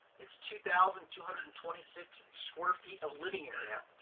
it's two thousand two hundred and twenty six square feet of living area.